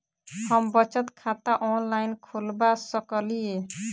हम बचत खाता ऑनलाइन खोलबा सकलिये?